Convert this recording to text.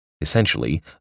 essentially